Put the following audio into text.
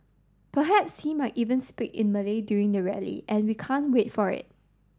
perhaps he might even speak in Malay during the rally and we can't wait for it